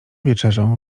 wieczerzą